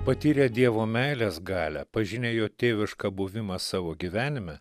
patyrę dievo meilės galią pažinę jo tėvišką buvimą savo gyvenime